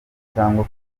cyangwa